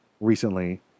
recently